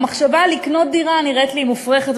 המחשבה לקנות דירה נראית לי מופרכת,